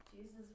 Jesus